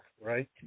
right